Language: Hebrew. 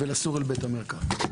ולסור אל בית המרקחת.